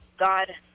God